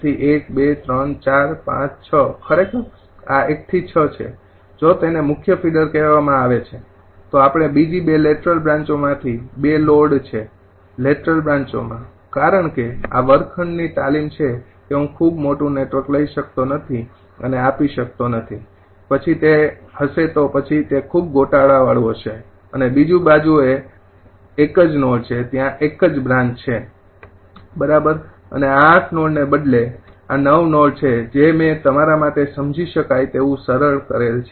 તેથી આ ૧૨૩૪૫૬ ખરેખર આ ૧ થી ૬ છે જો તેને મુખ્ય ફીડર કહેવામાં આવે છે તો આપણે બીજી 2 લેટરલ બ્રાંચોમાંથી ૨ લોડ છે લેટરલ બ્રાંચોમાં કારણ કે આ વર્ગખંડની તાલીમ છે કે હું ખૂબ મોટું નેટવર્ક લઈ શકતો નથી અને આપી શકતો નથી પછી તે હશે તો પછી તે ખૂબ જ ગોટાળાવાળું હશે અને બીજી બાજુએ એક જ નોડ છે ત્યાં એક જ બ્રાન્ચ છે બરાબર અને આ ૮ નોડને બદલે આ ૯ નોડ છે જે મેં તમારા માટે સમજી શકાય તેવું સરળ કરેલ છે